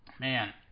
man